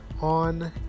on